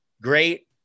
great